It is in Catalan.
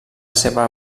seva